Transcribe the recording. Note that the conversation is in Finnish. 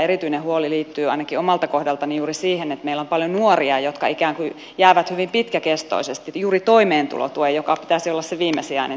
erityinen huoli liittyy ainakin omalta kohdaltani juuri siihen että meillä on paljon nuoria jotka ikään kuin jäävät hyvin pitkäkestoisesti juuri toimeentulotuen jonka pitäisi olla se viimesijainen tuki varaan